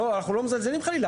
אנחנו לא מזלזלים חלילה,